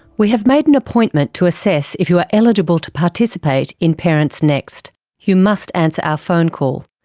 we have made an appointment to assess if you are eligible to participate in parentsnext. you must answer our phone call.